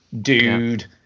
dude